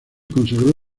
consagró